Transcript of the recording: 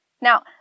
Now